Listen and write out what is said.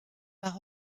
par